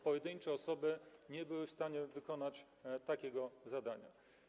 Pojedynczo żadna osoba nie były w stanie wykonać takiego zadania.